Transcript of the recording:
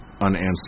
unanswered